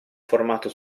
formato